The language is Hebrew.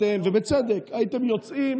אתם, ובצדק, הייתם יוצאים